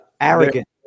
arrogant